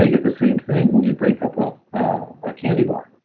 ah get the same thing when you break up up a candy bar.